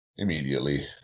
Immediately